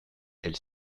elle